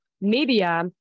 media